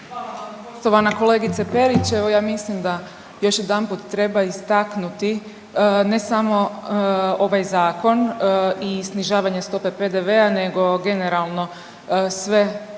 Hvala vam poštovana kolegice Perić. Evo ja mislim da još jedanput treba istaknuti ne samo ovaj zakon i snižavanje stope PDV-a, nego generalno sve